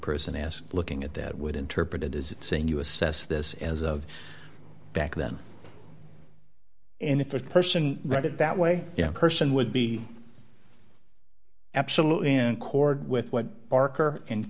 person as looking at that would interpret it as saying you assess this as of back then and if that person read it that way person would be absolutely and cord with what barker and